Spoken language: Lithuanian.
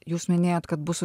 jūs minėjot kad bus